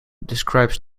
describes